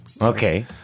Okay